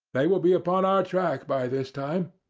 they will be upon our track by this time,